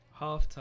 Halftime